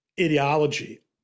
ideology